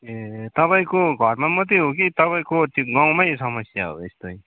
ए तपाईँको घरमा मात्रै हो कि तपाईँको त्यो गाउँमै समस्या हो यस्तै